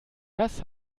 das